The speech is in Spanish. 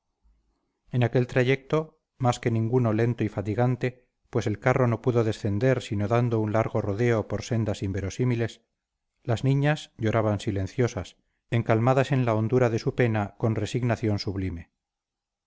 en aquel trayecto más que ninguno lento y fatigante pues el carro no pudo descender sino dando un largo rodeo por sendas inverosímiles las niñas lloraban silenciosas encalmadas en la hondura de su pena con resignación sublime